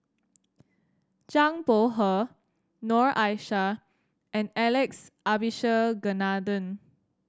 Zhang Bohe Noor Aishah and Alex Abisheganaden